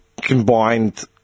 combined